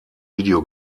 video